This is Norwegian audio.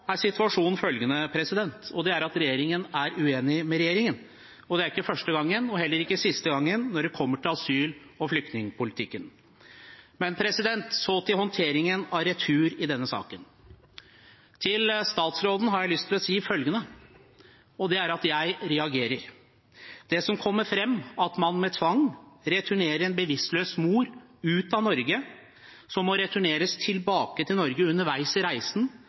er situasjonen at regjeringen er uenig med regjeringen. Det er ikke første gang og heller ikke siste gang når det gjelder asyl- og flyktningpolitikken. Så til håndteringen av retur i denne saken: Til statsråden har jeg lyst til å si at jeg reagerer. Det som kommer fram – at man med tvang returnerer en bevisstløs mor ut av Norge, som må returneres tilbake til Norge underveis i reisen,